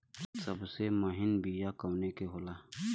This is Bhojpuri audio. सबसे महीन बिया कवने के होला?